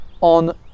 on